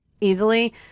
easily